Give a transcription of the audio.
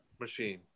machine